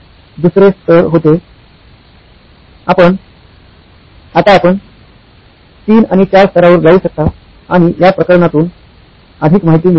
आता आपण तीन आणि चार स्तरांवर जाऊ शकता आणि या प्रकरणातून अधिक माहिती मिमिळवु शकता